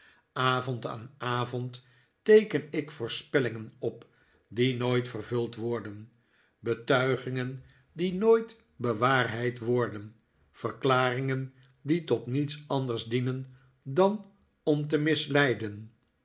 avond aan avond teeken ik voorspellingen op die nooit vervuld worden betuigingen die nooit bewaarheid worden verklaringen die tot niefs anders dienen dan om te misleiden